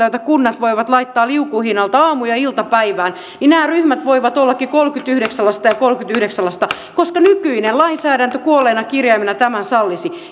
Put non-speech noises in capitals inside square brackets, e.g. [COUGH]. [UNINTELLIGIBLE] joita kunnat voivat laittaa liukuhihnalta aamu ja iltapäivään nämä ryhmät voivat ollakin kolmekymmentäyhdeksän lasta ja kolmekymmentäyhdeksän lasta koska nykyinen lainsäädäntö kuolleena kirjaimena tämän sallisi [UNINTELLIGIBLE]